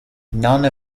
none